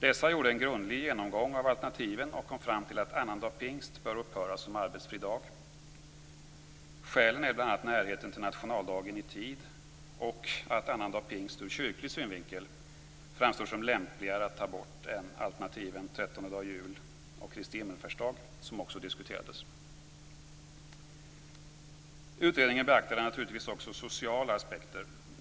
Dessa gjorde en grundlig genomgång av alternativen och kom fram till att annandag pingst bör upphöra som arbetsfri dag. Skälen är bl.a. närheten till nationaldagen i tid och att annandag pingst ur kyrklig synvinkel framstår som lämpligare att ta bort än alternativen trettondedag jul och Kristi himmelfärdsdag, som också diskuterades. Utredningen beaktade naturligtvis också sociala aspekter.